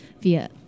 via